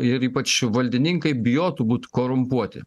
ir ypač valdininkai bijotų būt korumpuoti